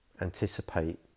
anticipate